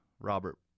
Robert